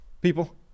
People